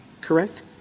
correct